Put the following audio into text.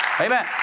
Amen